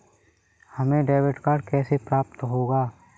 हमें debit card कैसे प्राप्त होगा?